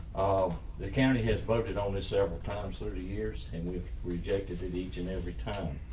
um the county has voted on it several times thirty years and we've rejected in each and every time.